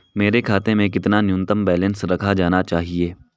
मेरे खाते में कितना न्यूनतम बैलेंस रखा जाना चाहिए?